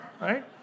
right